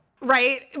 Right